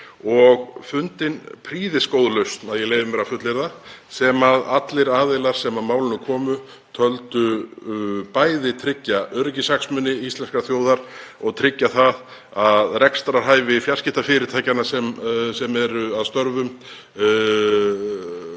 og fundin prýðisgóð lausn, að ég leyfi mér að fullyrða, sem allir aðilar sem að málinu komu töldu bæði tryggja öryggishagsmuni íslenskrar þjóðar og tryggja það að rekstrarhæfi fjarskiptafyrirtækjanna sem eru að störfum